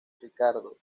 ricardo